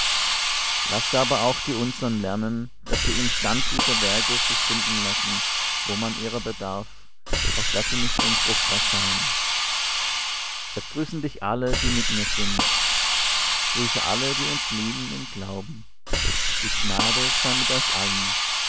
laß aber auch die unsern lernen daß sie im stand guter werke sich finden lassen wo man ihrer bedarf auf daß sie nicht unfruchtbar seien es grüßen dich alle die mit mir sind grüße alle die uns lieben im glauben die gnade sei mit euch allen